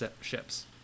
ships